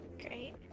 Great